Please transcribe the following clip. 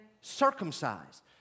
circumcised